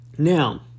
now